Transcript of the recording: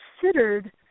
considered